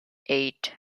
eight